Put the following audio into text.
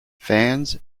fans